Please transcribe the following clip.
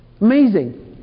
Amazing